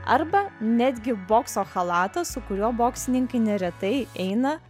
arba netgi bokso chalatą su kuriuo boksininkai neretai eina